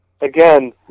again